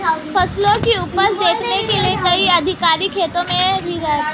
फसलों की उपज देखने के लिए कई अधिकारी खेतों में भी जाते हैं